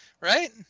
right